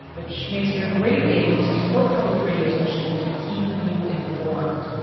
which makes it a great day to support public radio's mission to keep you informed.